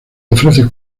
ofrece